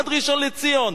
עד ראשון-לציון.